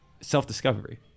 self-discovery